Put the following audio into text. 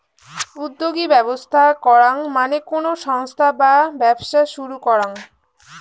উদ্যোগী ব্যবস্থা করাঙ মানে কোনো সংস্থা বা ব্যবসা শুরু করাঙ